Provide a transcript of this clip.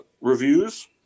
Reviews